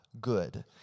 good